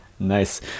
nice